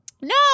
No